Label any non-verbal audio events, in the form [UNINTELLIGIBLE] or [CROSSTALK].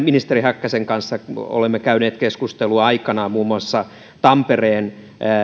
[UNINTELLIGIBLE] ministeri häkkäsen kanssa olemme käyneet keskustelua aikanaan muun muassa tampereen